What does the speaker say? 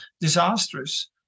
disastrous